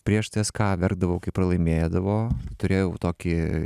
prieš csk verkdavau kai pralaimėdavo turėjau tokį